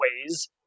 ways